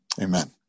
Amen